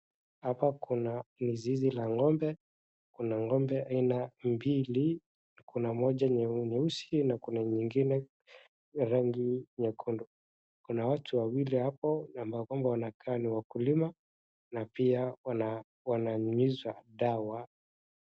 Hapa kuna ni zizi la ng'ombe , kuna ng'ombe aina mbili. Kuna moja nyeusi na kuna nyingine rangi nyekundu, kuna watu wawili apo ambao wanaka ni wakulima pia wananyunyiza dawa .